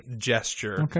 gesture